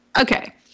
Okay